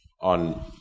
on